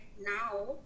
now